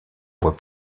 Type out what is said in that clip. voit